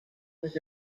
was